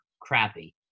crappy